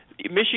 Michigan